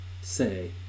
say